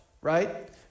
right